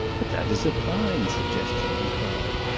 but that is a fine suggestion, he cried.